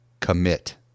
commit